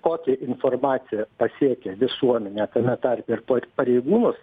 kokia informacija pasiekia visuomenę tame tarpe ir pareigūnus